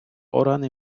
органи